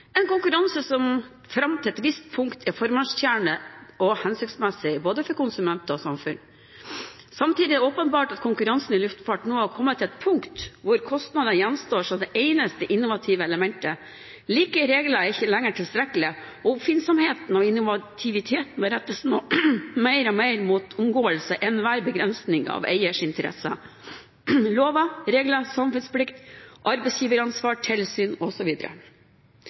en konkurranse som fram til et visst punkt er formålstjenlig og hensiktsmessig for både konsumenter og samfunn. Samtidig er det åpenbart at konkurransen i luftfarten nå har kommet til et punkt hvor kostnader gjenstår som det eneste innovative elementet. Like regler er ikke lenger tilstrekkelig, og oppfinnsomheten og innovativiteten rettes nå mer og mer mot omgåelse av enhver begrensning ut fra eiers interesser – lover, regler, samfunnsplikt, arbeidsgiveransvar, tilsyn